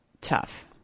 tough